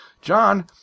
John